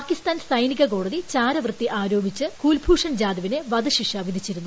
പാകിസ്ഥാൻ സൈനിക കോടതി ചാരവൃത്തി ആരോപിച്ച് കുൽഭൂഷൻ ജാദവിനെ വധശിക്ഷ വിധിച്ചിരുന്നു